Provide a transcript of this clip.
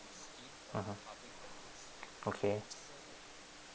mmhmm okay